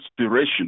inspiration